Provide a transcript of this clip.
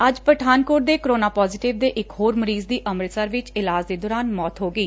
ਅੱਜ ਪਠਾਨਕੋਟ ਦੇ corona positive ਦੇ ਇਕ ਹੋਰ ਮਰੀਜ ਦੀ ਅੰਮ੍ਤਿਸਰ ਵਿਚ ਇਲਾਜ ਦੇ ਦੋਰਾਨ ਮੌਤ ਹੋ ਗਈ